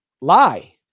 lie